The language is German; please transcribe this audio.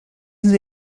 sie